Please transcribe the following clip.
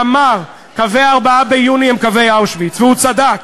שאמר: קווי 4 ביוני הם קווי אושוויץ, והוא צדק.